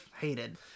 hated